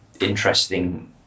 interesting